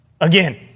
Again